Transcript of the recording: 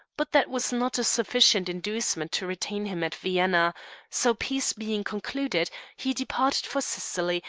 but that was not a sufficient inducement to retain him at vienna so, peace being concluded, he departed for sicily,